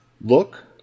look